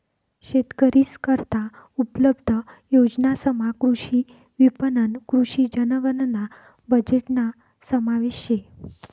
शेतकरीस करता उपलब्ध योजनासमा कृषी विपणन, कृषी जनगणना बजेटना समावेश शे